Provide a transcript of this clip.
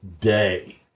day